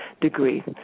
degree